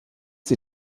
sie